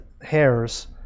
hairs